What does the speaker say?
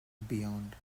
beyond